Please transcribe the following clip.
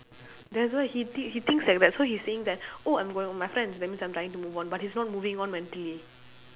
that's why he think he thinks like that so he's saying that oh I'm going out with my friends that means I'm trying to move on but he's not moving on mentally